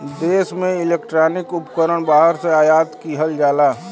देश में इलेक्ट्रॉनिक उपकरण बाहर से आयात किहल जाला